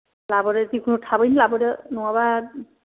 लाबोदो जिखुनो थाबैनो लाबोदो नङाबा